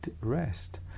rest